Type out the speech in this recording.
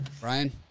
Brian